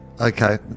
Okay